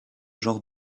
genre